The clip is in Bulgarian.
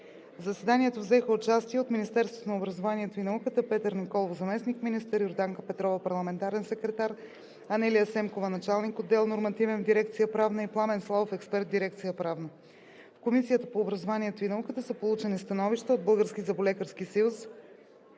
заседанието взеха участие от Министерството на образованието и науката: Петър Николов – заместник-министър, Йорданка Петрова – парламентарен секретар, Анелия Семкова – началник-отдел „Нормативен“ в дирекция „Правна“, и Пламен Славов – експерт в дирекция „Правна“. В Комисията по образованието и науката са получени становища от Българския зъболекарски съюз